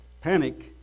panic